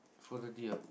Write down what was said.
four thirty ah